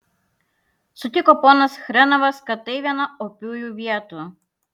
sutiko ponas chrenovas kad tai viena opiųjų vietų